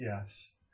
Yes